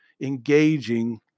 engaging